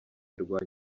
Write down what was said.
rwa